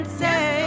say